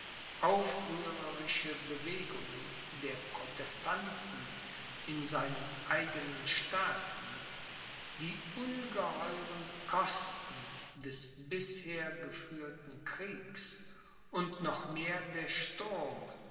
aufrührerische bewegungen der protestanten in seinen eigenen staaten die ungeheuren kosten des bisher geführten kriegs und noch mehr der sturm